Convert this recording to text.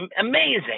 amazing